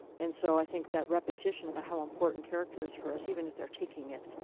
and so i think that repetition about how important character is for us, even if they're taking it,